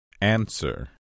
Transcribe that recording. Answer